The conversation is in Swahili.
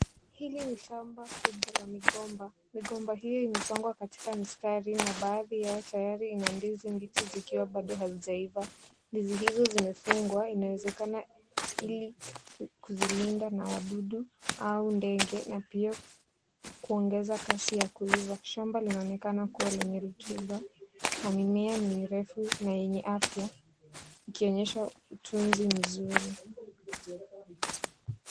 Hili ni shamba kubwa la migomba. Migomba hiyo imepangwa katika mistari na baadhi yao ina ndizi mbichi zikiwa baado hazijaiva. Ndizi hizo zimefungwa , zinawezekana ili kuzilinda na wadudu au ndege kuongeza kasi ya kuiva. Shamba linaonekana kuwa lenye rotuba na mimea ni refu na yenye afya ikionyesha utunzi mzuri.